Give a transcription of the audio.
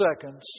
seconds